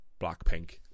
Blackpink